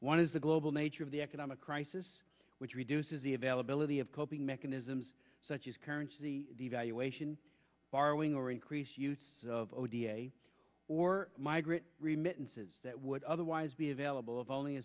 one is the global nature of the economic crisis which reduces the availability of coping mechanisms such as currents the evaluation borrowing or increased use the v a or migrant remittances that would otherwise be available of only